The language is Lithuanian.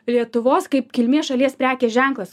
lietuvos kaip kilmės šalies prekės ženklas